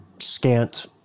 scant